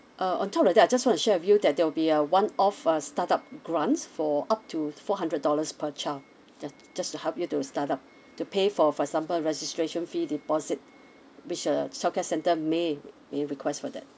uh on top of that I just want to share with you that there'll be a one off uh start up grant for up to four hundred dollars per child ju~ just to help you to start up to pay for for example registration fee deposit which uh childcare centre may may request for that